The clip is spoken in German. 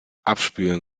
abspülen